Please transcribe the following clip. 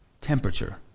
temperature